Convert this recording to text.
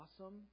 awesome